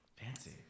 Fancy